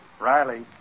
Riley